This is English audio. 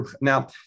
Now